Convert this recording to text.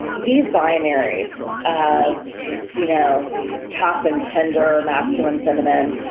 these binaries of you know tough and tender, masculine feminine,